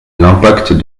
l’impact